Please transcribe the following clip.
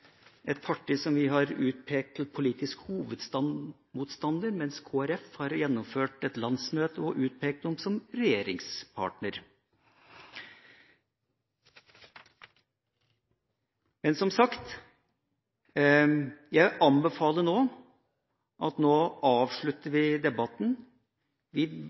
et parti som vi har utpekt som politisk hovedmotstander, mens Kristelig Folkeparti har gjennomført et landsmøte og utpekt dem som regjeringspartner. Men, som sagt: Jeg anbefaler at vi nå avslutter debatten. Vi